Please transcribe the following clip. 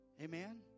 Amen